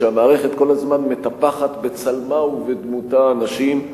כשהמערכת כל הזמן מטפחת בצלמה ובדמותה אנשים,